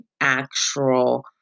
actual